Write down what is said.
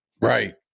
right